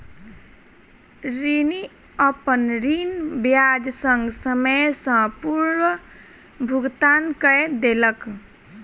ऋणी, अपन ऋण ब्याज संग, समय सॅ पूर्व भुगतान कय देलक